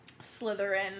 slytherin